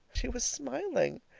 she was smiling!